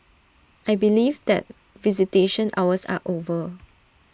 I believe that visitation hours are over